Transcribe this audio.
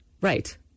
Right